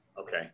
Okay